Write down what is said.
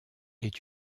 est